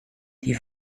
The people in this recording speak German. die